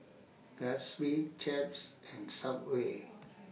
Gatsby Chaps and Subway